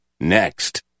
next